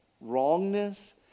wrongness